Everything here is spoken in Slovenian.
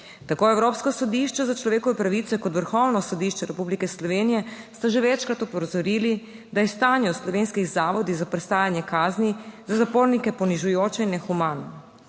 Tako Evropsko sodišče za človekove pravice kot Vrhovno sodišče Republike Slovenije sta že večkrat opozorili, da je stanje v slovenskih zavodih za prestajanje kazni za zapornike ponižujoče in nehumano.